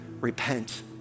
Repent